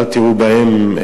אל תראו בהם,